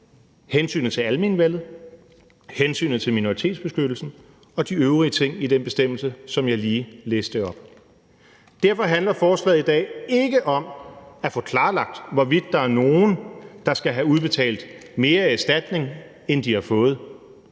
hensynet til almenvellet, hensynet til minoritetsbeskyttelse og de øvrige ting i den bestemmelse, som jeg lige læste op. Derfor handler forslaget i dag ikke om at få klarlagt, hvorvidt der er nogen, der skal have udbetalt mere i erstatning, end de har fået.